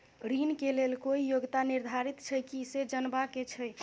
ऋण के लेल कोई योग्यता निर्धारित छै की से जनबा के छै?